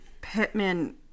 Pittman